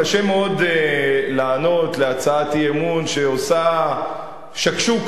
קשה מאוד לענות על הצעת אי-אמון שעושה "שקשוקה".